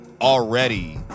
already